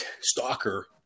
stalker